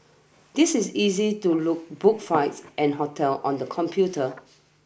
this is easy to look book flights and hotel on the computer